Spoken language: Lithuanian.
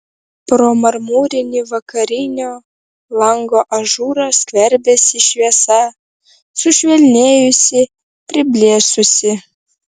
pro marmurinį vakarinio lango ažūrą skverbėsi šviesa sušvelnėjusi priblėsusi